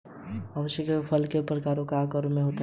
squash का फल कई प्रकारों और आकारों में होता है